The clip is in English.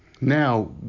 Now